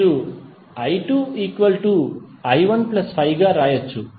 మీరు i2i15గా వ్రాయవచ్చు